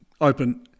Open